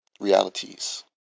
realities